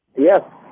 Yes